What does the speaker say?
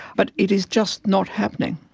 but it is just not happening.